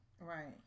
Right